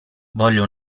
voglio